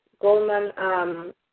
Goldman